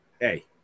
Hey